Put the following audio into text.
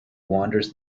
wanders